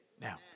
Now